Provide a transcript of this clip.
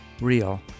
Real